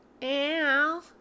ew